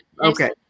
Okay